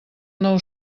nou